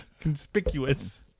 conspicuous